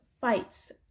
fights